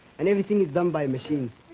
and everything is done by machines.